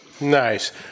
Nice